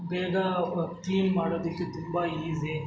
ಬೇಗ ಕ್ಲೀನ್ ಮಾಡೋದಕ್ಕೆ ತುಂಬ ಈಸಿ